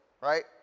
right